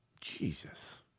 Jesus